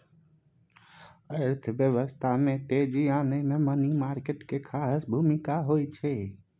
अर्थव्यवस्था में तेजी आनय मे मनी मार्केट केर खास भूमिका होइ छै